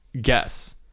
guess